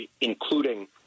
including